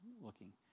looking